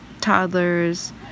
toddlers